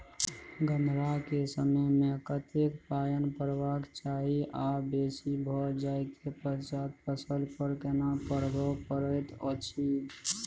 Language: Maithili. गम्हरा के समय मे कतेक पायन परबाक चाही आ बेसी भ जाय के पश्चात फसल पर केना प्रभाव परैत अछि?